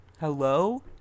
Hello